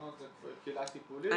אילנות זו קהילה טיפולית.